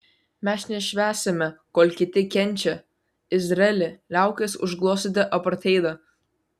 mes nešvęsime kol kiti kenčia izraeli liaukis užglostyti apartheidą